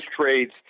trades